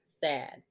sad